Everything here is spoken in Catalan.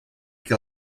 que